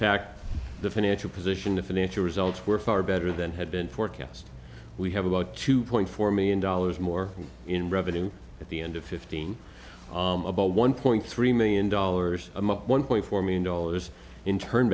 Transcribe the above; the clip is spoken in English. fact the financial position the financial results were far better than had been forecast we have about two point four million dollars more in revenue at the end of fifteen about one point three million dollars a month one point four million dollars in turn